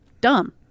dumb